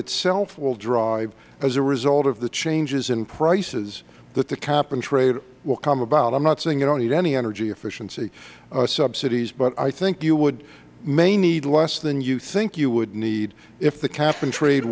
itself will drive as a result of the changes in prices that the cap and trade will come about i'm not saying you don't need any energy efficiency subsidies but i think you may need less than you think you would need if the cap and trade